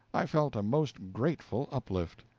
i felt a most grateful uplift.